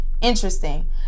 interesting